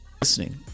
listening